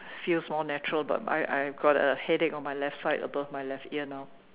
feels more natural but I I got a headache on my left side above my left ear now